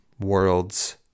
world's